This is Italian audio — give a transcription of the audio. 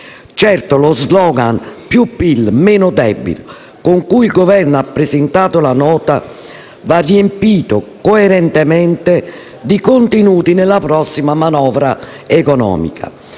Certo, lo *slogan* "più PIL, meno debito" con cui il Governo ha presentato la Nota va riempito coerentemente di contenuti nella prossima manovra economica,